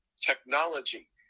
technology